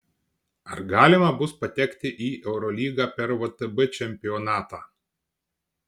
ar galima bus patekti į eurolygą per vtb čempionatą